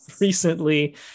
recently